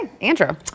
Andrew